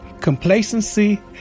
complacency